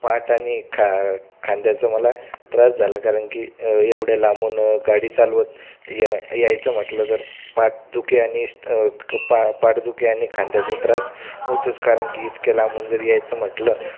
पाट आणि खा खांद्याचा मला त्रास झाला कारण की एवढ्या लांबून गाडी चालवत या यायचं म्हटलं तर पाटदुखी आणि पाटदुखी आणि खांद्याचा त्रास होतोच कारण की इतक्या लांबून जर यायचं म्हटलं